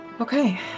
Okay